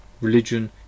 religion